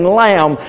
lamb